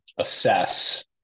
assess